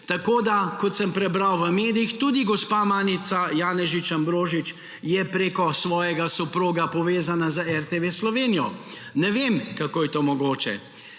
počez, kot sem prebral v medijih, tudi gospa Manica Janežič Ambrožič je preko svojega soproga povezana z RTV Slovenija. Ne vem, kako je to mogoče.